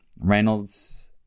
Reynolds